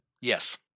Yes